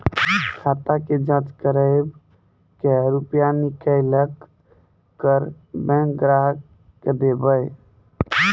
खाता के जाँच करेब के रुपिया निकैलक करऽ बैंक ग्राहक के देब?